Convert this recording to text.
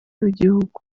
w’igihugu